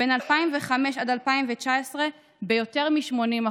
בין 2005 ל-2019 ביותר מ-80%.